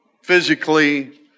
physically